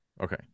Okay